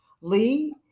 Lee